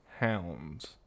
hounds